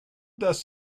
does